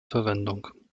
verwendung